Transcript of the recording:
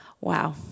Wow